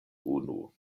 unu